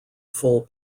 full